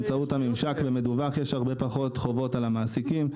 באמצעות הממשק יש הרבה פחות חובות על המעסיקים.